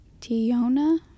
Tiona